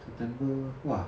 september !wah!